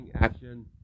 action